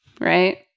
Right